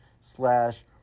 slash